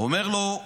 הוא אומר לו: